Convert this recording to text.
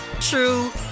true